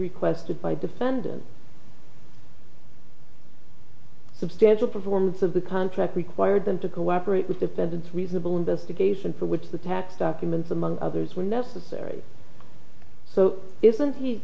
requested by defendant substantial performance of the contract required them to cooperate with defendants reasonable investigation for which the tax documents among others were necessary so isn't he